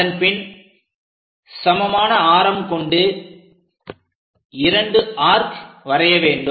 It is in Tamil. அதன்பின் சமமான ஆரம் கொண்டு இரண்டு ஆர்க் வரைய வேண்டும்